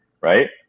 Right